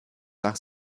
nach